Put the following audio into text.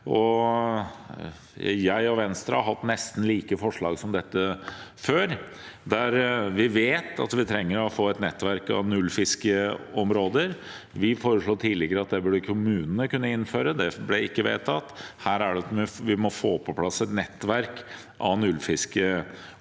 Jeg og Venstre har framsatt nesten like forslag som dette før, som går på at vi trenger å få et nettverk av nullfiskeområder. Vi foreslo tidligere at dette burde kommunene kunne innføre, men det ble ikke vedtatt. Vi må få på plass et nettverk av nullfiskeområder.